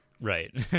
right